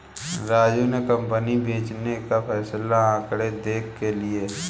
राजू ने कंपनी बेचने का फैसला आंकड़े देख के लिए